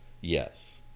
yes